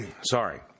Sorry